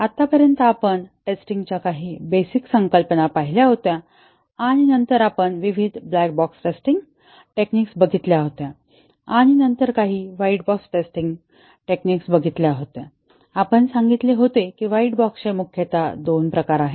आतापर्यंत आपण टेस्टिंगच्या काही बेसिक संकल्पना पाहिल्या होत्या आणि नंतर आपण विविध ब्लॅक बॉक्स टेस्टिंग टेक्निक्स बघितल्या होत्या आणि नंतर काही व्हाईट बॉक्स टेस्टिंग टेक्निक्स बघितल्या होत्या आणि आपण सांगितले होते की व्हाईट बॉक्सचे मुख्यतः दोन प्रकार आहेत